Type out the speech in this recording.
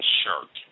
shirt